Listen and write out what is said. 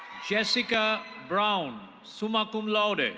jessica brown, summa cum laude.